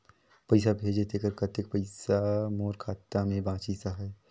पइसा भेजे तेकर कतेक पइसा मोर खाता मे बाचिस आहाय?